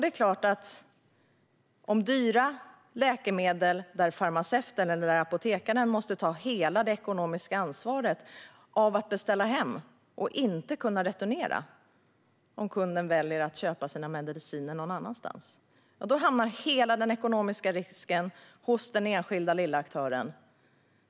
Det är klart att när det handlar om dyra läkemedel, där farmaceuten eller apotekaren måste ta hela det ekonomiska ansvaret för att beställa hem och inte kunna returnera om kunden väljer att köpa sina mediciner någon annanstans, hamnar hela den ekonomiska risken hos den enskilda lilla aktören.